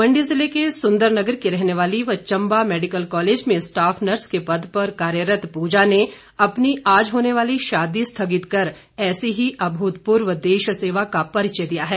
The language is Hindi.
मंडी जिले के सुंदरनगर की रहने वाली व चंबा मैडिकल कॉलेज में स्टॉफ नर्स के पद पर कार्यरत पूजा ने अपनी आज होने वाली शादी स्थगित कर ऐसी ही अभूतपूर्व देशसेवा का परिचय दिया है